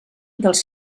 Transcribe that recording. dels